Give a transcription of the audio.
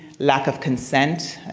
lack of consent,